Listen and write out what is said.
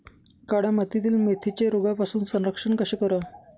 काळ्या मातीतील मेथीचे रोगापासून संरक्षण कसे करावे?